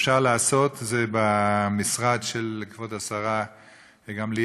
אפשר לעשות במשרד של כבוד השרה גמליאל,